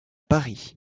paris